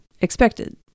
Expected